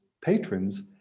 patrons